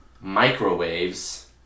microwaves